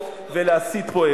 ובזה אני אסיים,